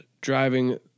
driving